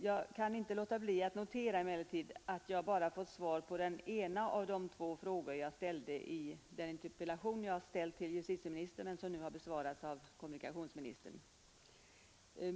Jag kan emellertid inte låta bli att notera att jag bara fått svar på den ena av de två frågor jag ställde i den interpellation jag riktade till justitieministern och som nu besvarats av kommunikationsministern.